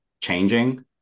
changing